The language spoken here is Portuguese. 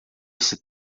esse